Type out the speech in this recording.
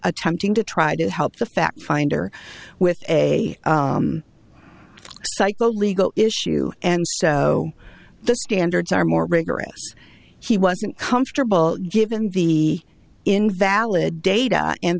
attempting to try to help the fact finder with a psycho legal issue and so the standards are more rigorous he wasn't comfortable given the invalid data and